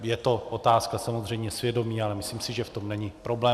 Je to otázka samozřejmě svědomí, ale myslím, že v tom není problém.